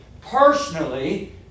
personally